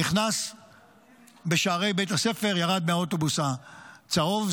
נכנס בשערי בית הספר, ירד מהאוטובוס הצהוב.